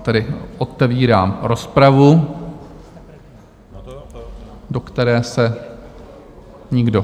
Tedy otevírám rozpravu, do které se nikdo...